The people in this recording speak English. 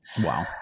Wow